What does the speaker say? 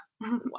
Wow